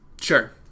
Sure